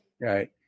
Right